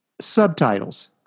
subtitles